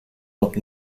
noch